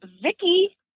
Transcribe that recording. Vicky